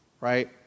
Right